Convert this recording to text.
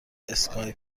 اسکایپ